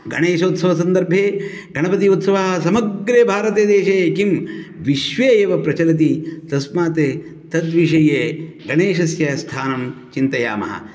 गणेशोत्सवसन्दर्भे गणपति उत्सवे समग्रे भारते देशे किं विश्वे एव प्रचलति तस्मात् तद्विषये गणेशस्य स्थानं चिन्तयामः